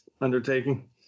undertaking